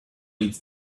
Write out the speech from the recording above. its